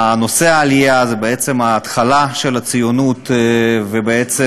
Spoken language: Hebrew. נושא העלייה הוא ההתחלה של הציונות ואבן-היסוד